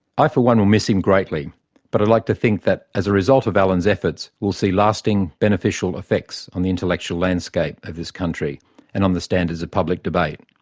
i for one will miss him greatly but i'd like to think that as a result of alan's efforts we'll see lasting beneficial effects on the intellectual landscape of this country and on the standards of public debate.